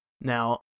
Now